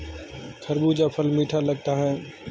खरबूजा फल मीठा लगता है